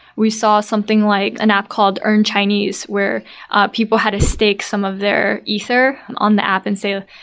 we saw something like an app called earnchinese, where people had to stake some of their ether on the app and say, ah